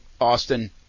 Austin